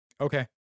okay